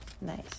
Nice